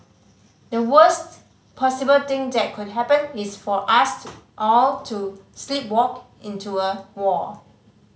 the worsts possible thing that could happen is for us all to sleepwalk into a war